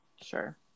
Sure